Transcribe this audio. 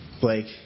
Blake